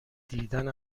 دیدن